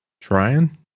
Trying